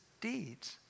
deeds